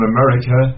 America